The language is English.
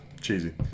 cheesy